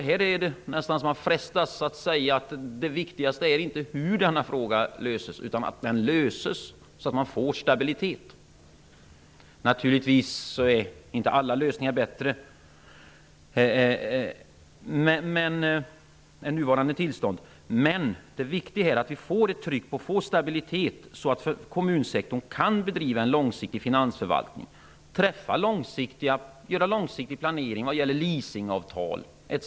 Här frestas man nästan att säga att det viktigaste inte är hur denna fråga löses, utan att den löses, så att det blir stabilitet. Naturligtvis är inte alla lösningar bättre än nuvarande tillstånd. Men det viktiga är att vi får ett tryck på stabilitet, så att kommunsektorn kan bedriva en långsiktig finansförvaltning, t.ex. göra långsiktig planering vad gäller leasingavtal etc.